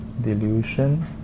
delusion